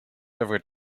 forget